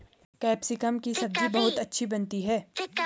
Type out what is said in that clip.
capsicum की सब्जी बहुत अच्छी बनती है